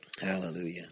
Hallelujah